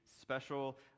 special